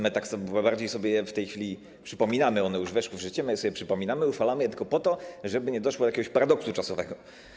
My bardziej je sobie w tej chwili przypominamy, one już weszły w życie, my je sobie przypominamy, uchwalamy je tylko po to, żeby nie doszło do jakiegoś paradoksu czasowego.